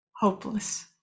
hopeless